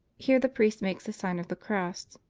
here the priest makes the sign of the cross.